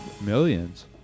millions